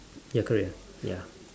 ya career ya